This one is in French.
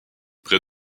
près